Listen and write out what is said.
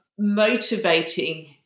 motivating